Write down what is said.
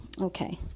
Okay